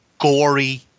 gory